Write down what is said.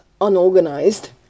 unorganized